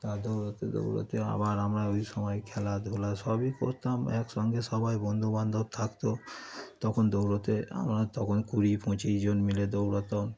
আর দৌড়োতে দৌড়োতে আবার আমরা ওই সময় খেলাধুলা সবই করতাম একসঙ্গে সবাই বন্ধুবান্ধব থাকত তখন দৌড়োতে আমরা তখন কুড়ি পঁচিশ জন মিলে দৌড়োতাম